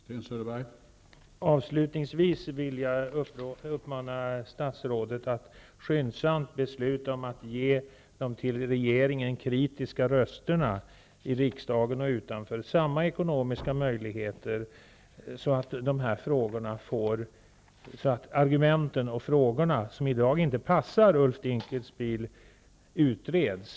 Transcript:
Herr talman! Avslutningsvis vill jag uppmana statsrådet att besluta om att ge de till regeringen kritiska rösterna i riksdagen och utanför samma ekonomiska möjligheter så att de frågor och argument, som i dag inte passar Ulf Dinkelspiel, utreds.